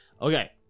okay